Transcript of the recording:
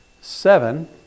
Seven